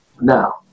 now